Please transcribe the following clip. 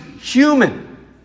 human